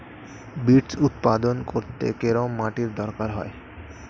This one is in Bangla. বিটস্ উৎপাদন করতে কেরম মাটির দরকার হয়?